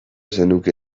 zenuke